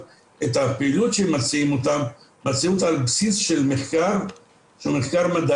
את הפעילות שמציעים אותן מציעים את זה על בסיס מחקר מדעי